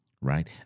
right